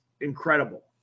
incredible